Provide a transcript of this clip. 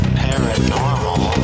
paranormal